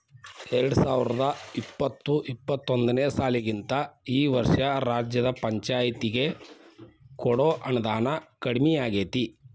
ಎರ್ಡ್ಸಾವರ್ದಾ ಇಪ್ಪತ್ತು ಇಪ್ಪತ್ತೊಂದನೇ ಸಾಲಿಗಿಂತಾ ಈ ವರ್ಷ ರಾಜ್ಯದ್ ಪಂಛಾಯ್ತಿಗೆ ಕೊಡೊ ಅನುದಾನಾ ಕಡ್ಮಿಯಾಗೆತಿ